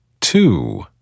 two